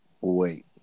wait